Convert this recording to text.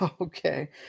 Okay